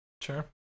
Sure